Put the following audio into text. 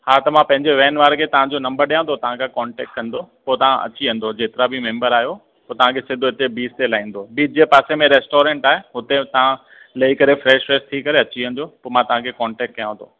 हा त मां पंहिंजे वैन वारे खे तव्हांजो नंबर ॾियां थो तव्हांखा कॉन्टेक्ट कंदो पोइ तव्हां अची वेंदो जेतरा बी मेंबर आहियो पोइ तव्हांखे सिधो हिते बीच ते लाहींदो बीच जे पासे में रेस्टॉरेंट आहे हुते तव्हां लही करे फ्रेश वेश थी करे अची वञिजो पोइ मां तव्हांखे कॉन्टेक्ट कयां थो